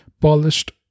polished